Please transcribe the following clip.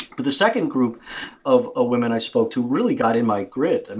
but the second group of ah women i spoke to really got in my grid. and